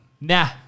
Nah